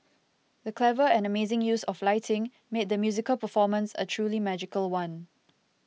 the clever and amazing use of lighting made the musical performance a truly magical one